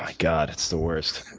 god. it's the worst.